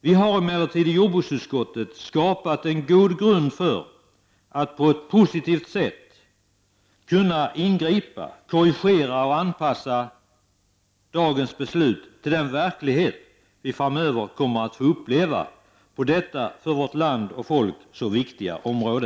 Vi har emellertid i jordbruksutskottet skapat en god grund, så att man på ett positivt sätt skall kunna ingripa, korrigera och anpassa dagens beslut till den verklighet som vi framöver kommer att få uppleva på detta för vårt land och folk så viktiga område.